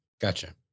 gotcha